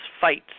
fights